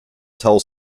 tell